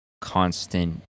constant